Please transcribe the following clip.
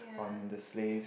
on the slaves